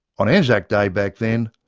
on anzac day back then,